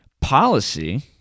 policy